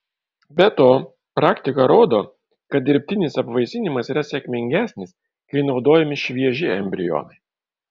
be to praktika rodo kad dirbtinis apvaisinimas yra sėkmingesnis kai naudojami švieži embrionai